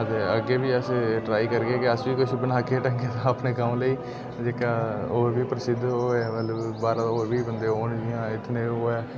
अग्गें बी अस ट्राई करगे गी अस बी किश बनाह्गे ढंगै दा अपने गांव लेई जेह्का होर बी प्रसिद्ध होऐ मतलब बाह्रा दा होर बी बंदे औन जियां इत्थै न ओह् ऐ